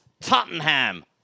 Tottenham